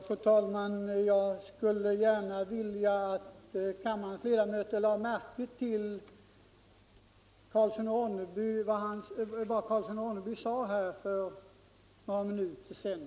Fru talman! Jag skulle vilja att kammarens ledamöter lade märke till vad herr Karlsson i Ronneby sade här för några minuter sedan.